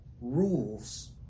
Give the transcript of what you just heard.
rules